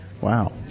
Wow